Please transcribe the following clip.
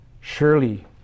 surely